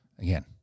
again